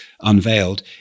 unveiled